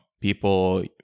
people